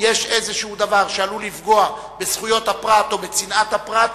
יש איזה דבר שעלול לפגוע בזכויות הפרט או בצנעת הפרט,